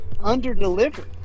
under-delivered